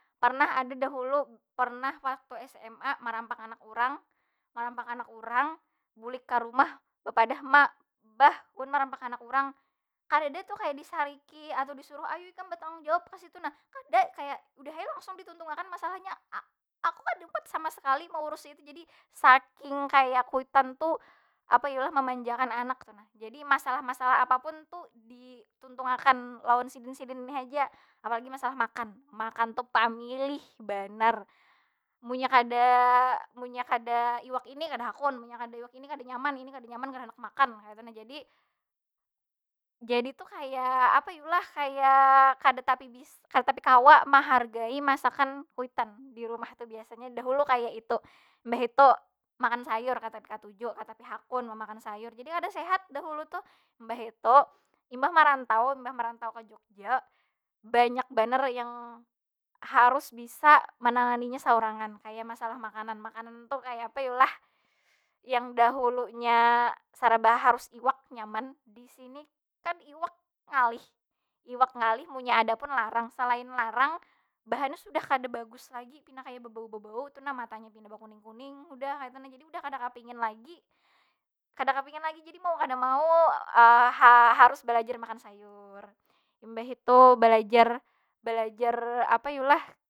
Pernah ada dahulu, pernah waktu sma marampang anak urang. Marampang anak urang, bulik ka rumah bepadah, ma bah ulun merampang anak uran. Kadada tu kaya disariki, atau disuruh ayu ikam batanggung jawab ka situ nah, kada. Kaya udah ai langsung dituntung akan masalahnya. aku kada umpat sama sakali maurusi itu. Jadi saking kaya kuitan tu apa yu lah? Mamanjakan anak tu nah. Jadi masalah- masalah apa pun tu dituntung akan lawan sidin- sidin ini haja. Apalagi masalah makan, makan tu pamilih banar. Munnya kada, munnya kada iwak ini kada hakun. Munnya kada iwak ini kada nyaman, ini kada nyaman, kada handak makan, kaytu nah. Jadi, jadi tu kaya apa yu lah? Kaya kada tapi kawa mahargai masakan kuitan di rumah tu biasanya, dahulu kaya itu. Mbah itu makan sayur kada tapi katuju, katapi hakun memakan sayur. Jadi kada sehat dahulu tuh. Mbah itu, imbah marantau, imbah marantau ke jogja banyak banar yang harus bisa mananganinya saurangan. Kaya masala makanan, makanan tu kaya apa yu lah? Yang dahulunya saraba harus iwak nyaman, di sini kan iwak ngalih. Iwak ngalih munnya ada punlarang, selain larang bahannya sudah kada bagus lagi pina kaya babau- babau tu nah. Matanya pina bakuning- kuning, sudah kaytu nah. Jadi sudah kada kapingin lagi, kada kapingin lagi. Jadi mau kada mau ha- harus belajar makan sayur, mbah itu balajar- balajar apa yu lah?